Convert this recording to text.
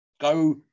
Go